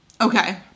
Okay